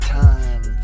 time